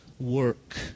Work